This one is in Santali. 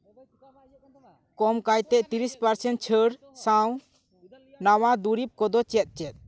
ᱠᱚᱢ ᱠᱟᱭᱛᱮ ᱛᱤᱨᱤᱥ ᱯᱟᱨᱥᱮᱱ ᱪᱷᱟᱹᱲ ᱥᱟᱶ ᱱᱟᱣᱟ ᱫᱩᱨᱤᱵᱽ ᱠᱚᱫᱚ ᱪᱮᱫ ᱪᱮᱫ